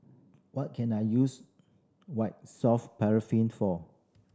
what can I use White Soft Paraffin for